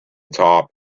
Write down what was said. top